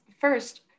First